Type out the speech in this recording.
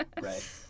Right